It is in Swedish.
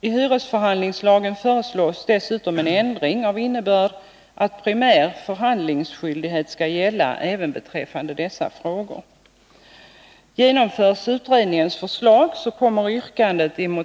I hyresförhandlingslagen föreslås dessutom en ändring av innebörd, att primär förhandlingsskyldighet skall gälla beträffande dessa frågor.